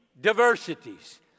diversities